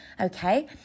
Okay